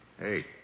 Hey